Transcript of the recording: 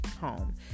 home